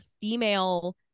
female